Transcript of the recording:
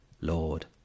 Lord